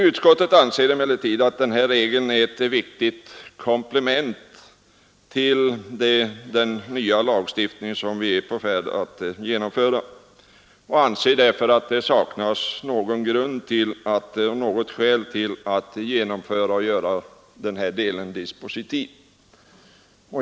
Utskottet anser emellertid att denna regel är ett viktigt komplement till den nya lagstiftning som vi är i färd med att genomföra och anser därför att det saknas skäl till att göra denna bestämmelse dispositiv.